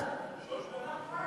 בינתיים נשמע הודעה של מזכירות הכנסת.